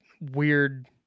weird